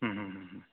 होम होम होम